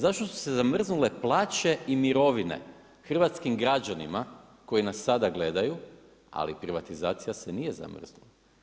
Zašto su se zamrznule plaće i mirovine hrvatskim građanima koji nas sada gledaju, ali privatizacija se nije zamrznula.